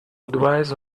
advise